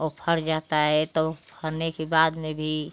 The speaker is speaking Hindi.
औ फर जाता है तो फलने के बाद में भी